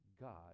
God